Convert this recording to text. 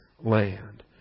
land